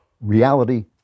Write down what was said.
reality